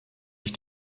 sich